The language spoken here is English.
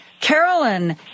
Carolyn